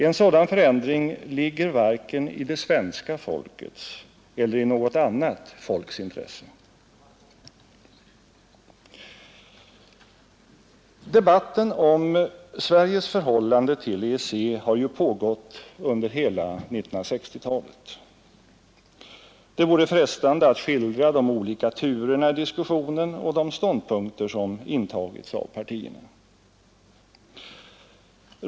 En sådan förändring ligger varken i det svenska folkets eller i något annat folks intresse. Debatten om Sveriges förhållande till EEC har pågått under hela 1960-talet. Det vore frestande att skildra de olika turerna i diskussionen och de ståndpunkter som intagits av partierna.